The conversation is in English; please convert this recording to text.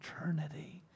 eternity